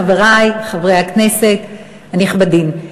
חברי חברי הכנסת הנכבדים,